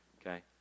Okay